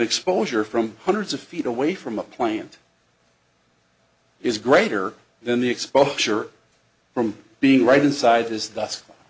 exposure from hundreds of feet away from a plant is greater then the exposure from being right inside is